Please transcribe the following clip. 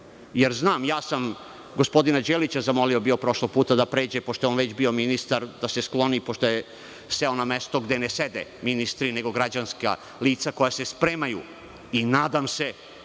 Znam, ja sam gospodina Đelića prošlog puta zamolio da pređe, pošto je on već bio ministar, da se skloni, pošto je seo na mesto gde ne sede ministri, nego građanska lica koja se spremaju i nadam se